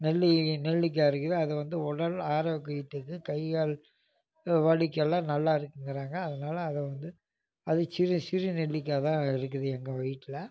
நெல்லி நெல்லிக்காய் இருக்குது அதை வந்து உடல் ஆரோக்கியத்துக்கு கை கால் வலிக்கெல்லாம் நல்லா இருக்குதுங்கறாங்க அதனால் அதை வந்து அதுவும் சிறு சிறு நெல்லிக்காய்தான் இருக்குது எங்கள் வீட்டில